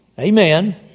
Amen